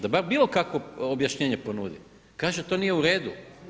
Da bar bilo kakvo objašnjenje ponudi, kaže to nije u redu.